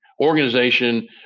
organization